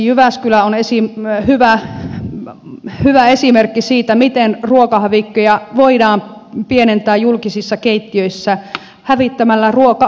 jyväskylä on hyvä esimerkki siitä miten ruokahävikkejä voidaan pienentää julkisissa keittiöissä hävittämällä ruoka syömällä